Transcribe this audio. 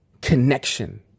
connection